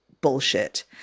bullshit